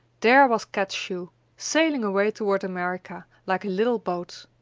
there was kat's shoe sailing away toward america like a little boat!